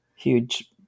huge